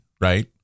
Right